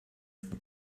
sind